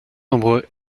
nombreux